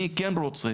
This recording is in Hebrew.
אני כן רוצה